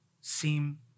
seem